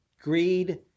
greed